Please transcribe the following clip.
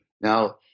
Now